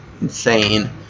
insane